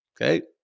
Okay